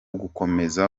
gukomeza